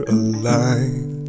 alive